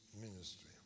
ministry